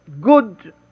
good